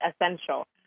essential